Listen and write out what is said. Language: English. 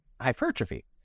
hypertrophy